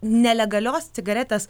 nelegalios cigaretės